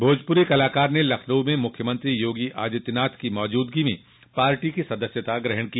भोजपुरी कलाकार ने लखनऊ में मुख्यमंत्री योगी आदित्यनाथ की मौजूदगी में पार्टी की सदस्यता ग्रहण की